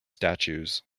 statues